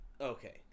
Okay